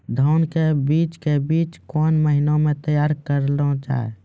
धान के बीज के बीच कौन महीना मैं तैयार करना जाए?